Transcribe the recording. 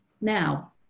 Now